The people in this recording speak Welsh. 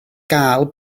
gael